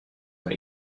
dans